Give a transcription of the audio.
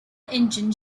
engine